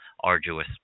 arduous